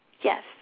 Yes